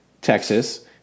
Texas